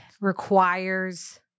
requires